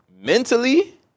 Mentally